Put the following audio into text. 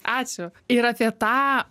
ačiū ir apie tą